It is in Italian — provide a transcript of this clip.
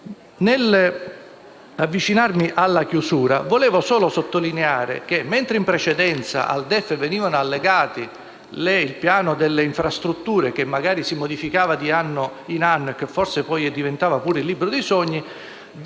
Nell'avviarmi alla conclusione vorrei solo sottolineare che, mentre in precedenza al DEF veniva allegato il piano delle infrastrutture, che magari si modificava di anno in anno e forse poi diventava pure il libro dei sogni,